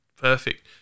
Perfect